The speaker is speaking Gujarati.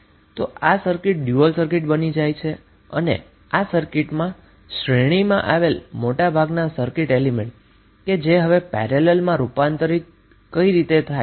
આ સર્કિટ ડયુઅલ સર્કિટ બની જાય છે મહત્વની વસ્તુ જે તમારે આ સર્કિટમાં જોવાની છે તે એ છે કે શ્રેણીમાં રહેલા મોટા ભાગના સર્કિટ એલીમેન્ટ હવે પેરેલલમાં રૂપાંતરિત થઇ ગયા છે